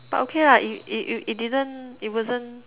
but okay lah it it it it didn't it wasn't